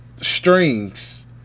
strings